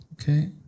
okay